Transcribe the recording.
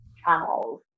channels